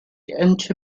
into